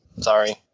sorry